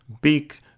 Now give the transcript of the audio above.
big